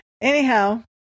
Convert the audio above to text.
Anyhow